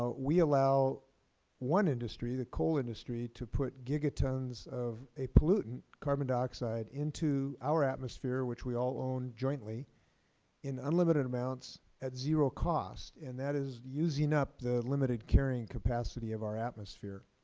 we allow one industry, the coal industry, to put gigatons of a pollutant, carbon dioxide, into our atmosphere which we all own jointly in unlimited amounts at zero cost, and that is using up the limited carrying capacity of our atmosphere.